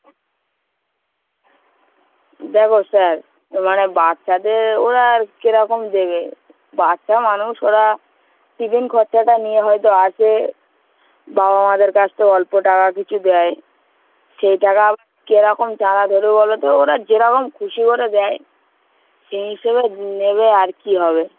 দ্যাখো স্যার মানে বাচ্চাদের ওরা কিরকম দেবে বাচ্চা মানুষ ওরা টিফিন খরচাটা নিয়ে হয়তো আসে বাবা মাদের কাছ তো অল্প টাকা কিছু দেয় সেই টাকা কিরকম টাকা দেবে বলো তো ওরা যেরকম খুশি ওরা দেয় সেই হিসেবে নেবে আর কী হবে